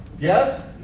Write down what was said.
Yes